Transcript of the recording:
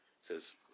says